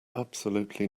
absolutely